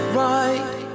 right